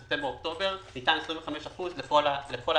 ספטמבר אוקטובר ניתן 25% לכל העסקים,